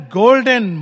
golden